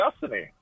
destiny